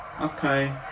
Okay